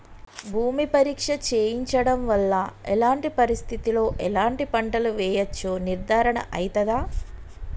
భూమి పరీక్ష చేయించడం వల్ల ఎలాంటి పరిస్థితిలో ఎలాంటి పంటలు వేయచ్చో నిర్ధారణ అయితదా?